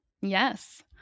Yes